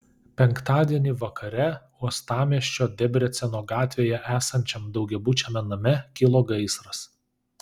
penktadienį vakare uostamiesčio debreceno gatvėje esančiam daugiabučiame name kilo gaisras